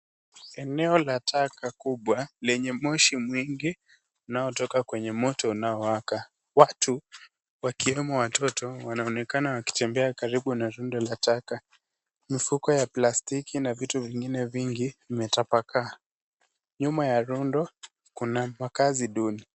Eneo la taka kubwa lenye moshi mwingi unaotoka kwenye moto unaowaka. Watu wakiwemo watoto wanonekana wakitembea karibu na rundo ya taka, mifuko ya plastiki na vitu vingine vingi vimetapakaa. Nyuma ya rundo kuna makaazi duni.